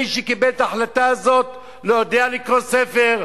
מי שקיבל את ההחלטה הזאת לא יודע לקרוא ספר,